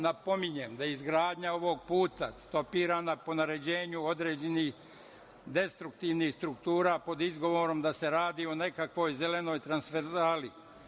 Napominjem da je izgradnja ovog puta stopirana po naređenju određenih destruktivnih struktura, pod izgovorom da se radi o nekakvoj zelenoj transferzali.